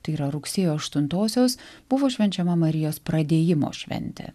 tai yra rugsėjo aštuntosios buvo švenčiama marijos pradėjimo šventė